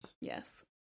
Yes